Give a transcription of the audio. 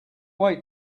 wait